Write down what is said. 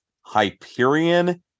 Hyperion